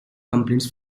complaints